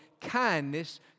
kindness